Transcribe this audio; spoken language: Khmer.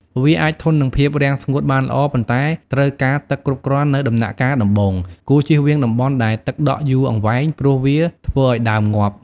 វាអាចធន់នឹងភាពរាំងស្ងួតបានល្អ ប៉ុន្តែត្រូវការទឹកគ្រប់គ្រាន់នៅដំណាក់កាលដំបូង គួរចៀសវាងតំបន់ដែលដក់ទឹកយូរអង្វែង ព្រោះវាធ្វើឱ្យដើមងាប់។